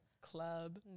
club